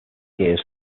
gears